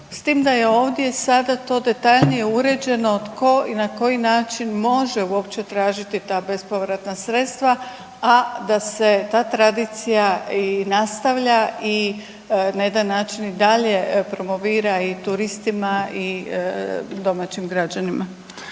s tim da je ovdje sada to detaljnije uređeno tko i na koji način može uopće tražiti ta bespovratna sredstva, a da se ta tradicija nastavlja i na jedan način i dalje promovira i turistima i domaćim građanima.